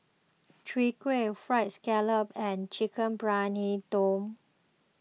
Chwee Kueh Fried Scallop and Chicken Briyani Dum